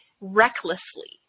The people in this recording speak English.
recklessly